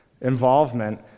involvement